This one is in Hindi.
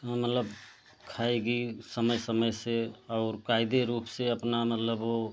मतलब खाएगी समय समय से और कयदे रूप से अपना मल्लब वह